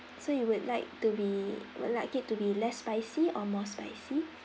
so you would like to be would like it to be less spicy or more spicy